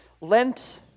Lent